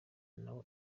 nawe